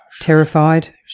terrified